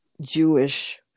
Jewish